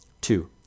Two